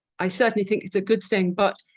i certainly think it's a good thing, but